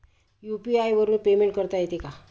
UPI वरून payment करता येते का?